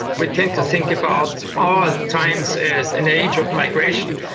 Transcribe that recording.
we tend to think about our times as an age of migration.